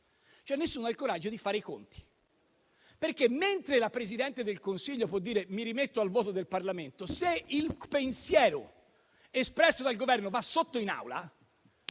casa. Nessuno ha il coraggio di fare i conti, perché mentre la Presidente del Consiglio può dire mi rimetto al voto del Parlamento, se il pensiero espresso dal Governo va sotto in Aula,